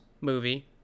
movie